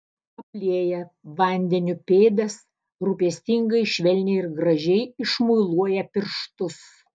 aplieja vandeniu pėdas rūpestingai švelniai ir gražiai išmuiluoja pirštus